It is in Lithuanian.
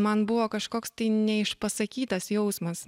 man buvo kažkoks tai neišpasakytas jausmas